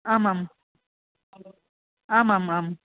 आमाम् आमाम् आम्